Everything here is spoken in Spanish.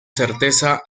certeza